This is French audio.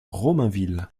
romainville